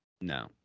No